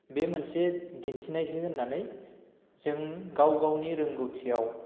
बे मोनसे दिन्थिनायसो होननानै जों गाव गावनि रोंगौथियाव